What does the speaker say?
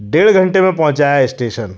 डेढ़ घंटे में पहुँचाया स्टेशन